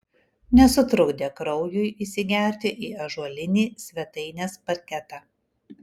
nesutrukdė kraujui įsigerti į ąžuolinį svetainės parketą